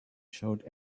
showed